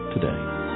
Today